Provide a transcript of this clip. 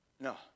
No